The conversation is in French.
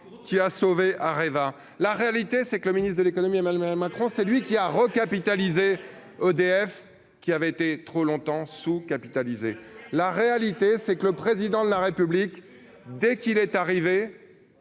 qui a sauvé Areva, la réalité c'est que le ministre de l'Économie et mal un cran, c'est lui qui a recapitalisé EDF qui avait été trop longtemps sous-capitalisées, la réalité c'est que le président de la République, dès qu'il est arrivé,